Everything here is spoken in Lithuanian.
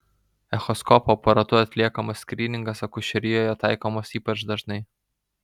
echoskopo aparatu atliekamas skryningas akušerijoje taikomas ypač dažnai